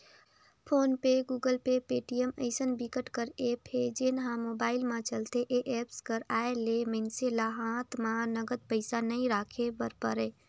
phone पे, Google Pay, Paytm अइसन बिकट कर ऐप हे जेन ह मोबाईल म चलथे ए एप्स कर आए ले मइनसे ल हात म नगद पइसा नइ राखे बर परय